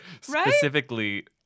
Specifically